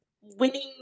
winning